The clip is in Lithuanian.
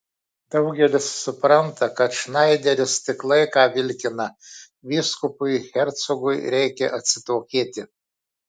daugelis supranta kad šnaideris tik laiką vilkina vyskupui hercogui reikia atsitokėti